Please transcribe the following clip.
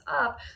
up